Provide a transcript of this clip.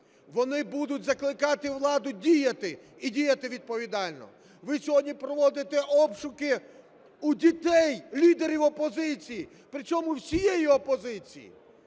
Вони будуть закликати владу діяти і діяти відповідально. Ви сьогодні проводите обшуки у дітей лідерів опозиції, при чому всієї опозиції.